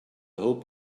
hope